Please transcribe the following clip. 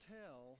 tell